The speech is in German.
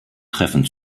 treffen